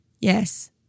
yes